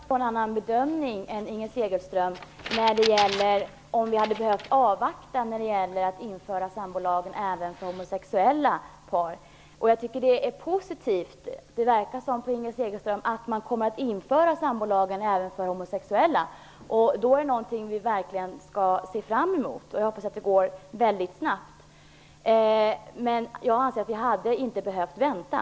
Herr talman! Jag gör en annan bedömning än Inger Segelström vad gäller om vi hade behövt avvakta med att låta sambolagen omfatta även homosexuella par. Utifrån det Inger Segelström säger verkar det som att sambolagen kommer att gälla även för homosexuella, och det är positivt och något som vi verkligen skall se fram emot. Jag hoppas att det går väldigt snabbt, men jag anser att vi inte hade behövt vänta.